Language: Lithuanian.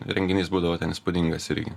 renginys būdavo ten įspūdingas irgi